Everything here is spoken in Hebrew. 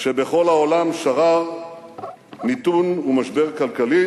שבכל העולם שרר מיתון ומשבר כלכלי.